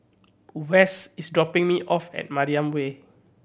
West is dropping me off at Mariam Way